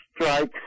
strikes